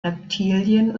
reptilien